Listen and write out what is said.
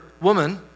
Woman